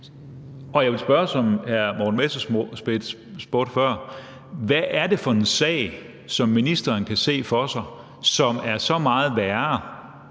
Og jeg vil spørge, som hr. Morten Messerschmidt spurgte før: Hvad er det for en sag, som ministeren kan se for sig, som er så meget værre,